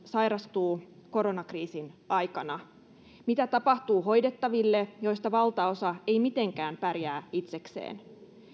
sairastuu koronakriisin aikana mitä tapahtuu hoidettaville joista valtaosa ei mitenkään pärjää itsekseen